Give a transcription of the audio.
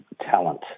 talent